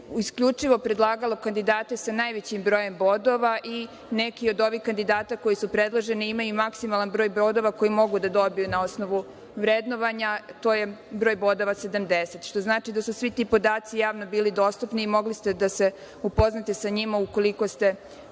isključivo predlagalo kandidate sa najvećim brojem bodova i neki od ovih kandidata koji su predloženi imaju maksimalan broj bodova koji mogu da dobiju na osnovu vrednovanja, to je broj bodova 70. Što znači da su svi ti podaci javno bili dostupni i mogli ste da se upoznate sa njima ukoliko ste